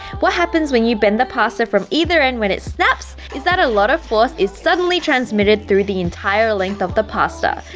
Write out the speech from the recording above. what happens when you bend the pasta from either, and, when it snaps is, that a lot of force is suddenly transmitted through the entire length of the pasta,